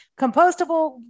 Compostable